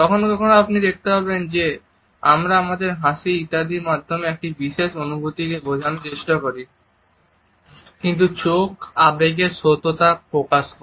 কখনও কখনও আপনি দেখতে পাবেন যে আমরা আমাদের হাসি ইত্যাদির মাধ্যমে একটি বিশেষ অনুভূতিকে বোঝানোর চেষ্টা করি কিন্তু চোখ আবেগের সত্যতা প্রকাশ করে